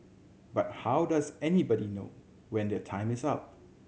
but how does anybody know when their time is up